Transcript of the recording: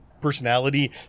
personality